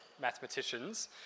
mathematicians